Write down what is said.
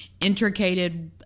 Intricated